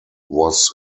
was